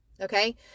Okay